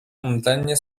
omdlenie